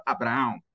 Abraão